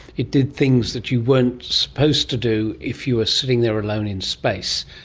it did things that you weren't supposed to do if you were sitting there alone in space.